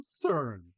concern